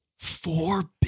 Four